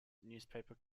newspaper